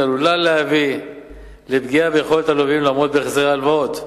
עלולות להביא לפגיעה ביכולת הלווים לעמוד בהחזרי ההלוואות.